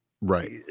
right